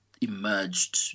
emerged